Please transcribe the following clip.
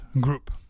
group